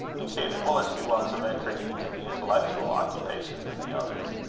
incapable as she was of entering into the intellectual occupations of the others,